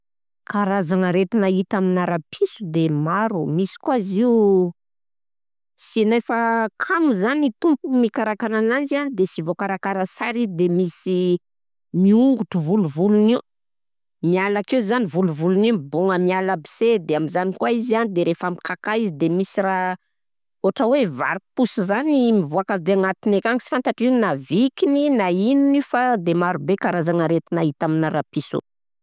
Karazagna aretina hita amina rapiso de maro, misy koà zio sinefa kamo zany ny tompony mikarakara ananjy a de sy voakarakara sara izy de misy miongotro volovolon'io, miala akeo zany volovolon'io mibogna miala aby se de amizany koà izy an, de rehefa mikakà izy de misy raha otra hoe vary fosy zany mivoaka avy agnatiny akagny sy fantatro hoe inona vikiny na inona io fa de maro be karazagna aretigna hita amina rapiso.